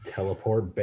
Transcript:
Teleport